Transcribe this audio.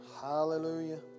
Hallelujah